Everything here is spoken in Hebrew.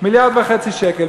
מיליארד וחצי שקל.